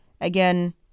again